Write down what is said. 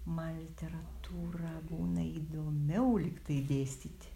man literatūra būna įdomiau lyg tai dėstyti